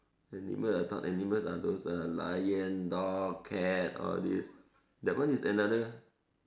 animal I thought animals are those uh lion dog cat all these that one is another